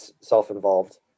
self-involved